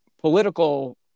political